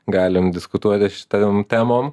galim diskutuoti šitom temom